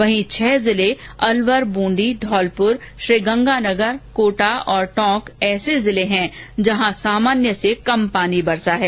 वहीं छह जिले अलवर ब्रंदी धौलपुर श्रीगंगानगर कोटा और टोंक ऐसे जिले हैं जहां सामान्य से कम पानी बरसा है